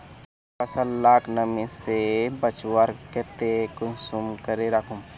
फसल लाक नमी से बचवार केते कुंसम करे राखुम?